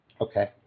Okay